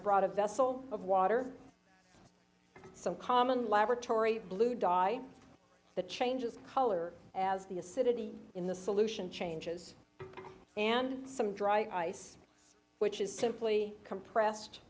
brought a vessel of water some common laboratory blue dye that changes color as the acidity in the solution changes and some dry ice which is simply compressed